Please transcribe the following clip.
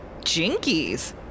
Jinkies